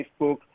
Facebook